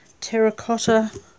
terracotta